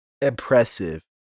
impressive